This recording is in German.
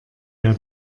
der